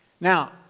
Now